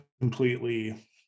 completely